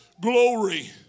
glory